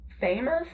famous